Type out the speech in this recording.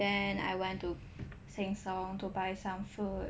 then I went to sheng shiong to buy some food